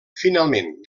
finalment